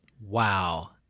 Wow